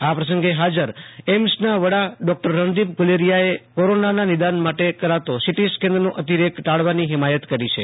આ પ્રસંગે હાજર એઈમ્સ ના વડા ડોક્ટર રણદીપ ગુલેરિયા એ કોરોના નિદાન માટે કરાતો સિટી સ્કેન નો અતિરેક ટાળવાની હિમાયત કરી છે